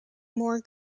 more